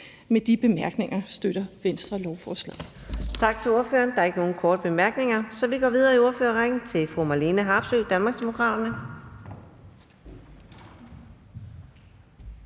Med de bemærkninger støtter Venstre lovforslaget.